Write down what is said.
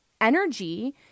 energy